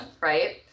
right